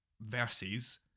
versus